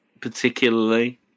particularly